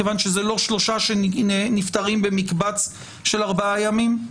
מכיוון שזה לא שלושה שנפטרים במקבץ של ארבעה ימים?